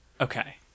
Okay